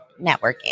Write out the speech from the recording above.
networking